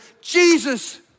Jesus